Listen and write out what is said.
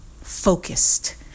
focused